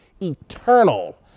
eternal